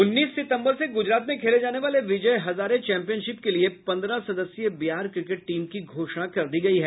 उन्नीस सितम्बर से गुजरात में खेले जाने वाले विजय हजारे चैम्पियनशिप के लिए पन्द्रह सदस्यीय बिहार क्रिकेट टीम की घोषणा कर दी गयी है